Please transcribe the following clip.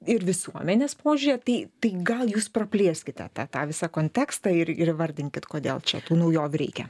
ir visuomenės požiūryje tai tai gal jūs praplėskite tą tą visą kontekstą ir ir įvardinkit kodėl čia tų naujovių reikia